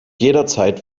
jederzeit